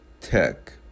tech